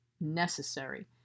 necessary